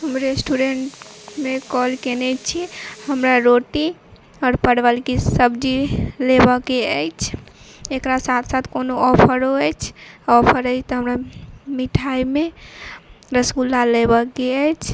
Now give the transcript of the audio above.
हम रेस्टुरेन्टमे कॉल केने छी हमरा रोटी आओर परवलके सब्जी लेबैके अछि एकरा साथ साथ कोनो ऑफरो अछि ऑफर अइ तऽ हमरा मिठाइमे रसगुल्ला लेबैके अछि